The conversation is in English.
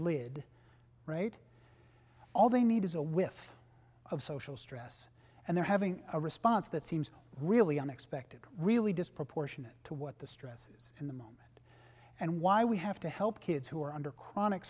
lid right all they need is a whiff of social stress and they're having a response that seems really unexpected really disproportionate to what the stresses in the moment and why we have to help kids who are under chronic